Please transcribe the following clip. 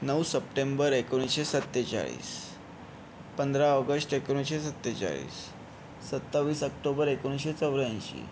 नऊ सप्टेंबर एकोणीसशे सत्तेचाळीस पंधरा ऑगस्ट एकोणीसशे सत्तेचाळीस सत्तावीस अक्टोबर एकोणीसशे चौऱ्यांऐंशी